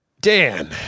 dan